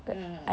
uh